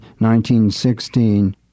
1916